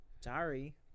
sorry